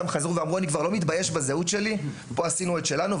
חזרו ואמרו: "אני כבר לא מתבייש בזהות שלי" פה עשינו את שלנו,